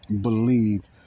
believe